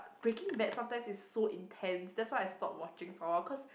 Breaking Bad sometimes is so intense that's why I stop watching for a while cause